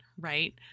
Right